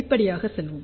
படிப்படியாக செல்வோம்